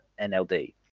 NLD